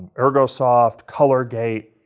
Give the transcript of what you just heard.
ergosoft, colorgate,